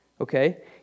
Okay